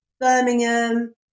Birmingham